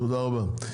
תודה רבה.